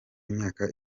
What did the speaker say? imyaka